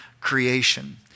creation